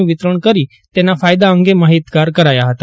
નું વિતરણ કરી તેના ફાયદા અંગે માહિતગાર કરાયા હતા